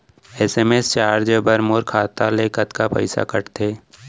SMS charge बर मोर खाता ले कतका पइसा कटथे?